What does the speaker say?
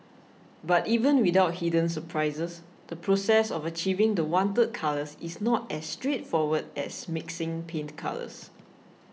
but even without hidden surprises the process of achieving the wanted colours is not as straightforward as mixing paint colours